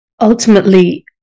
ultimately